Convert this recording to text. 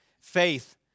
Faith